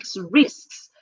risks